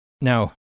Now